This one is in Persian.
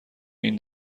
این